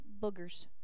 Boogers